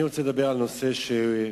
אני רוצה לדבר על נושא כאוב,